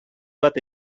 bat